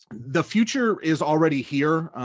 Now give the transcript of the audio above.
the future is already here,